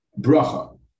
bracha